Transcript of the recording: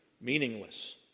meaningless